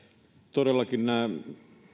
todellakin tämä